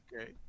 Okay